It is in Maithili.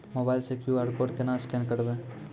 मोबाइल से क्यू.आर कोड केना स्कैन करबै?